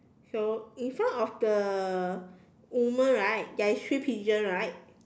so in front of the woman right there is three pigeon right